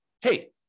hey